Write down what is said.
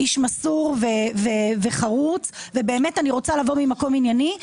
איש מסור וחרוץ ובאמת אני רוצה לבוא ממקום ענייני.